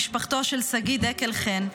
משפחתו של שגיא דקל חן,